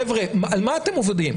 חבר'ה, על מה אתם עובדים?